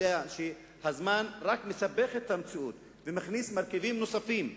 הזמן רק מסבך את המציאות ומכניס מרכיבים נוספים,